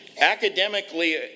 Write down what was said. academically